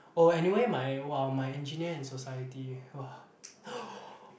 oh anyway my !wow! my engineer in society !wah!